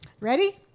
ready